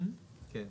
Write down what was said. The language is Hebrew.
כן.